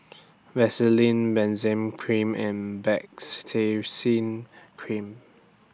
Vaselin Benzac Cream and Baritex Cream